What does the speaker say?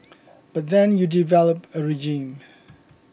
but then you develop a regime